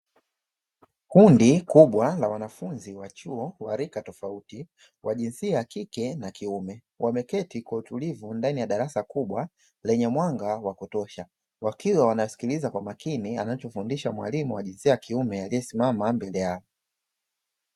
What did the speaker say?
Kundi kubwa la wanafunzi wa chuo wa rika tofauti wa jinsia ya kike na kiume, wameketi kwa utulivu ndani ya darasa kubwa lenye mwanga wa kutosha, wakiwa wanasikiliza kwa makini anacho fundisha mwalimu wa jinsia ya kiume aliye simama mbele yao.